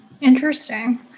interesting